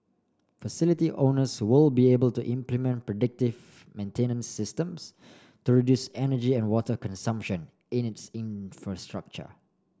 facility owners will be able to implement predictive maintenance systems to reduce energy and water consumption in its infrastructure